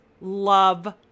love